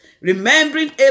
remembering